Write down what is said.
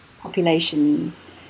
populations